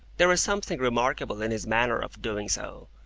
there was something remarkable in his manner of doing so,